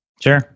Sure